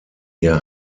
ihr